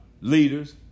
leaders